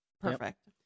perfect